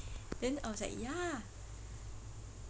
then I was like ya